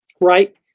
right